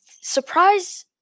Surprise